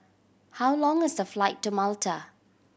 how long is the flight to Malta